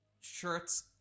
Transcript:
shirts